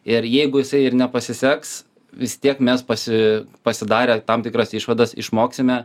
ir jeigu jisai ir nepasiseks vis tiek mes pasi pasidarę tam tikras išvadas išmoksime